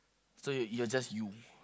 so you're you're just you